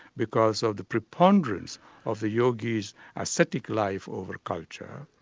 because of the preponderance of the yogis' aesthetic life over culture.